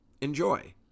Enjoy